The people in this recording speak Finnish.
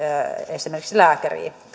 esimerkiksi lääkäriin